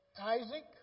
Isaac